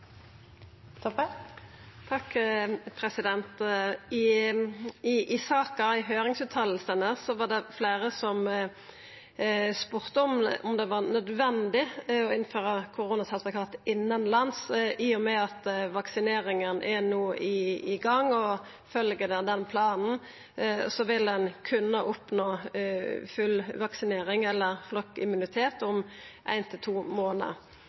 I høyringsutsegnene til saka var det fleire som spurde om det var nødvendig å innføra koronasertifikat innanlands i og med at vaksineringa no er i gang, og i følgje den planen vil ein kunna oppnå fullvaksinering, eller flokkimmunitet, om ein til to månader.